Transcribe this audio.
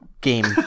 game